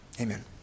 Amen